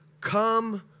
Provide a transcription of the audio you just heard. come